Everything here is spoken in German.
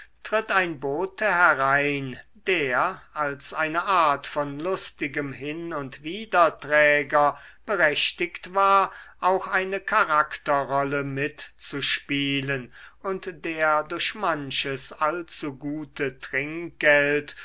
tritt ein bote herein der als eine art von lustigem hin und widerträger berechtigt war auch eine charakterrolle mitzuspielen und der durch manches allzugute trinkgeld